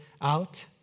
out